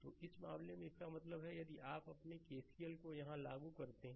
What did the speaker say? तो इस मामले में इसका मतलब है यदि आप अपने केसीएल को यहां लागू करते हैं